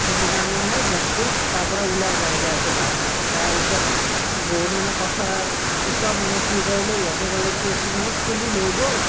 সেইটো কাৰণে মানে গেছটো তাৰ পৰা ওলাই যাই যাই আছে বাৰ বাৰ তাৰ পিছত বহুত মানে কথা পিছত মানে কি কৰিলে সিহঁতে ক'লে কি এচিটো মানে খুলি লৈ গ'ল